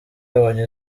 yabonye